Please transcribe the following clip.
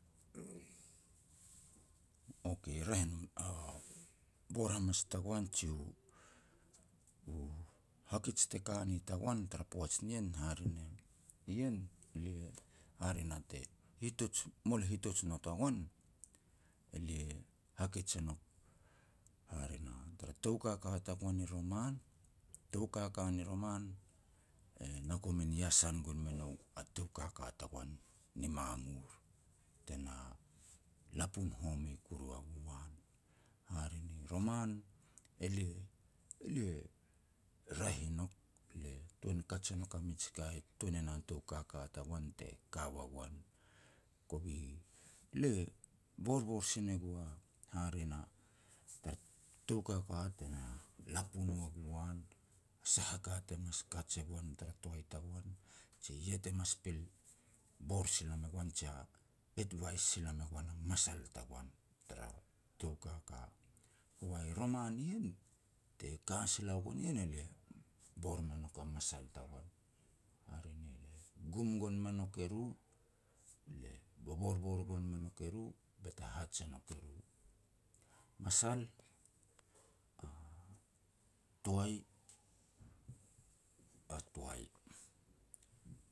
Okay, raeh i no. Bor hamas tagoan jiu u hakej te ka ni tagoan tara poaj nien, hare ne, ien lia hare na te hitoj, mol hitoj not ua goan, elia hakej e nouk hare na, tara tou kaka tagoan i roman, tou kaka ni roman e na kum min iasan gon me nou a tou kaka tagoan ni mamur, tena lapun home kuru ua gu an. Hare ni roman elia-elia raeh i nouk, lia tuan kaj e nouk a mij ka e tun e na tou kaka tagoan te ka ua gon. Kovi, le borbor sin e gu a hare na tar tou kaka te na lapun ua gu an, a sah a ka te mas kaj e goan tara toai tagoan, ji ya te mas pil bor sila me goan jia advise sila me goan a masal tagoan tara tou kaka. Wai, roman ien, te ka sila ua goan ien, elia bor me nouk a masal tagoan, hare ne lia gum gon me nouk eru, le boborbor gon me nouk eru, be te haj e nouk eru, "Masal, a toai, a toai,